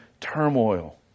turmoil